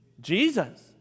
Jesus